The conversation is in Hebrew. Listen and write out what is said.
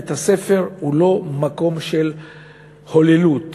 בית-הספר הוא לא מקום של הוללות,